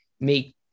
make